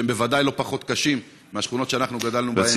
שהם בוודאי לא פחות קשים מהשכונות שאנחנו גדלנו בהן.